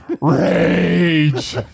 Rage